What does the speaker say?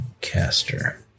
caster